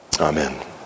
Amen